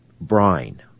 brine